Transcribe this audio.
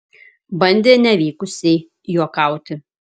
bandė nevykusiai juokauti